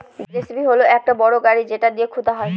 JCB হল একটা বড় গাড়ি যেটা দিয়ে খুদা হয়